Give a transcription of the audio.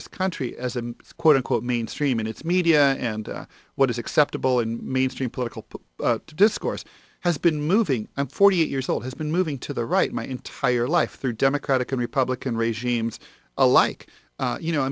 this country as a quote unquote mainstream in its media and what is acceptable in mainstream political discourse has been moving i'm forty eight years old has been moving to the right my entire life through democratic and republican regimes alike you know i